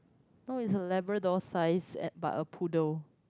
no it's a labrador size ad~ but a poodle